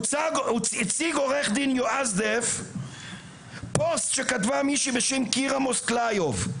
הציג עו"ד יועז דף פוסט שכתבה מישהי בשם קירה מוסקליוב,